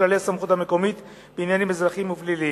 כללי הסמכות המקומית בעניינים אזרחיים ופליליים.